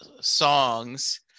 songs